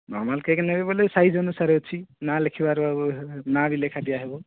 normal cake ନେବେ ବୋଲେ size ଅନୁସାରେ ଅଛି ନା ଲେଖିବାର ନାଁ ବି ଲେଖା ହେବ